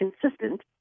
consistent